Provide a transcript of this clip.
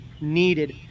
needed